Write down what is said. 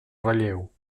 relleu